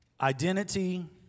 Identity